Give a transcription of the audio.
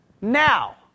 now